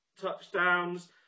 touchdowns